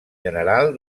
general